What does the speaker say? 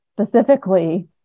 specifically